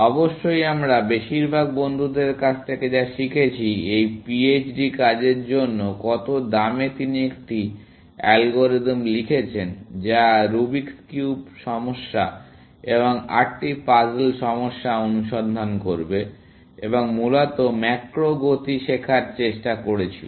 অবশ্যই আমরা বেশিরভাগ বন্ধুদের কাছ থেকে যা শিখেছি এই পিএইচডি কাজের জন্য কত দামে তিনি একটি অ্যালগরিদম লিখেছেন যা রুবিক্স কিউব সমস্যা এবং আটটি পাজল সমস্যা অনুসন্ধান করবে এবং মূলত ম্যাক্রো গতি শেখার চেষ্টা করেছিল